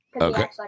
Okay